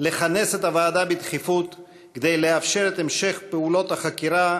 לכנס את הוועדה בדחיפות כדי לאפשר את המשך פעולות החקירה